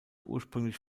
ursprünglich